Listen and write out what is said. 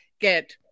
get